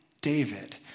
David